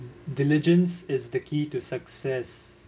diligence is the key to success